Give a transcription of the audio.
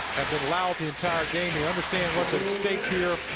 have been loud the entire game. they understand what's at stake here.